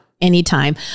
anytime